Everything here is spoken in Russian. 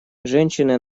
женщины